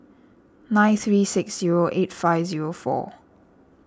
nine three six zero eight five zero four